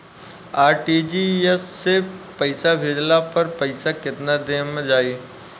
RTGS से पईसा भेजला पर पईसा केतना देर म जाई?